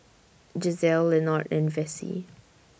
Gisele Lenord and Vessie